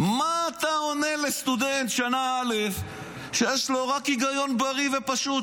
מה אתה עונה לסטודנט שונה א' שיש לו רק היגיון בריא ופשוט,